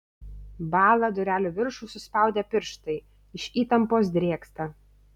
bąla durelių viršų suspaudę pirštai iš įtampos drėgsta